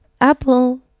Apple